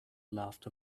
laughed